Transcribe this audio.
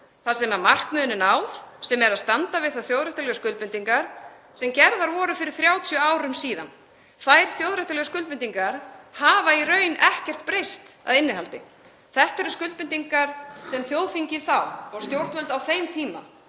þar sem markmiðinu er náð, sem er að standa við þær þjóðréttarlegu skuldbindingar sem gerðar voru fyrir 30 árum. Þær þjóðréttarlegu skuldbindingar hafa í raun ekkert breyst að innihaldi. Þetta eru skuldbindingar sem þjóðþingið þá og stjórnvöld á þeim tíma